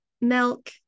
milk